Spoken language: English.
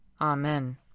Amen